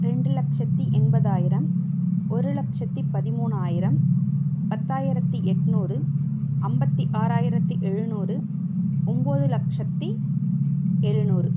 ரெண்டு லக்சத்து எண்பதாயிரம் ஒரு லக்சத்து பதிமூணாயிரம் பத்தாயிரத்து எட்நூறு ஐம்பத்தி ஆறாயிரத்து எழுநூறு ஒம்பது லக்சத்து எழுநூறு